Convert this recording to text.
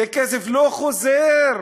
זה כסף שלא חוזר,